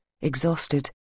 exhausted